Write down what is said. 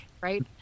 right